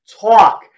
talk